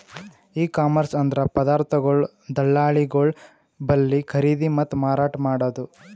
E commerce ಅಂದ್ರ ಪದಾರ್ಥಗೊಳ್ ದಳ್ಳಾಳಿಗೊಳ್ ಬಲ್ಲಿ ಖರೀದಿ ಮತ್ತ್ ಮಾರಾಟ್ ಮಾಡದು